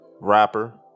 rapper